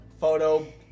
Photo